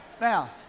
Now